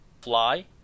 Fly